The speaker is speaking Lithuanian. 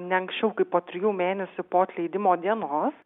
ne anksčiau kaip po trijų mėnesių po atleidimo dienos